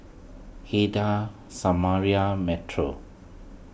Heidy Samira Metro